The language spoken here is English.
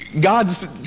God's